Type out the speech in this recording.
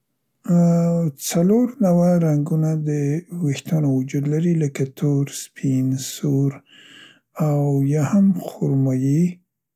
ا ا، څلور نوع رنګونه د ویښتانو وجود لري لکه تور، سپین، سور او یا هم خورمايي.